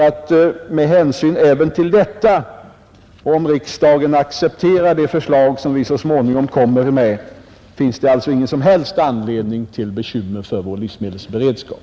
Med hänsyn även till detta och om riksdagen accepterar det förslag som vi så småningom kommer med finns det alltså ingen som helst anledning till bekymmer för vår livsmedelsberedskap.